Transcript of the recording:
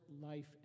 life